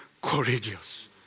courageous